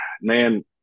man